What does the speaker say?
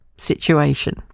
situation